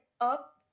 up